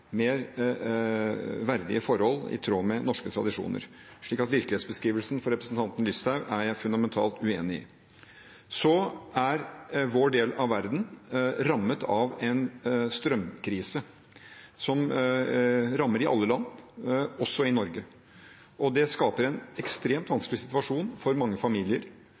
mer verdige forhold, i tråd med norske tradisjoner. Så virkelighetsbeskrivelsen fra representanten Listhaug er jeg fundamentalt uenig i. Så er vår del av verden rammet av en strømkrise som rammer i alle land, også i Norge. Det skaper en ekstremt vanskelig situasjon for mange familier